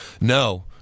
No